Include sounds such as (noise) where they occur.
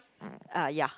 (noise) uh ya